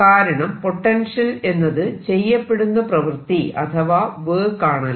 കാരണം പൊട്ടൻഷ്യൽ എന്നത് ചെയ്യപ്പെടുന്ന പ്രവൃത്തി അഥവാ വർക്ക് ആണല്ലോ